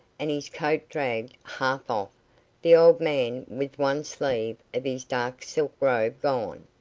and his coat dragged half off the old man with one sleeve of his dark silk robe gone,